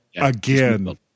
Again